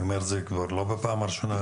אני אומר את זה כבר לא בפעם הראשונה,